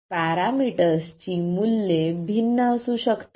पॅरामीटर्सची मूल्ये भिन्न असू शकतात